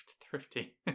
thrifty